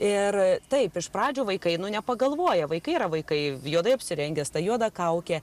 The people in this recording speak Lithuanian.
ir taip iš pradžių vaikai nu nepagalvoja vaikai yra vaikai juodai apsirengęs ta juoda kaukė